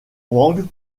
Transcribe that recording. wang